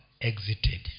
exited